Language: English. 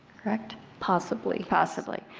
correct? possibly. possibly.